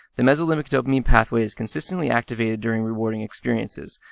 the mesolimbic dopamine pathway is consistently activated during rewarding experiences,